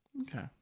Okay